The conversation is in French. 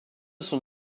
sont